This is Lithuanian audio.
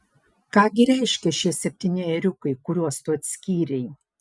ką gi reiškia šie septyni ėriukai kuriuos tu atskyrei